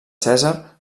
cèsar